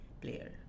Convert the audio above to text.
player